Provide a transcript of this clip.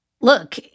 Look